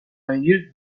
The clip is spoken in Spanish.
venir